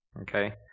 okay